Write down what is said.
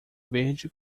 verde